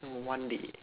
so one day